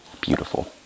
beautiful